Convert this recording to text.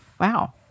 Wow